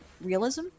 realism